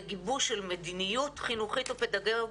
נושאים כמו גיבוש של מדיניות חינוכית ופדגוגית